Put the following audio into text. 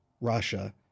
Russia